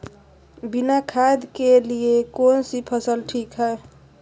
बिना खाद के लिए कौन सी फसल ठीक है?